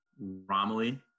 Romilly